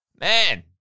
Man